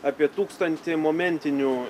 apie tūkstantį momentinių